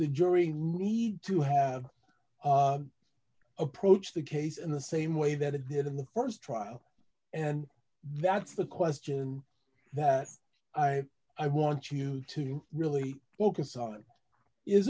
the jury need to have approached the case in the same way that it did in the st trial and that's the question that i i want you to really focus on is